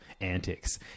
antics